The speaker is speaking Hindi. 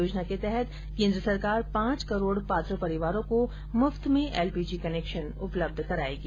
योजना के तहत केन्द्र सरकार पांच करोड़ पात्र परिवारों को मुफ्त में एलपीजी कनेक्शन उपलब्ध कराएगी